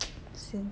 sian